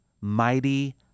Mighty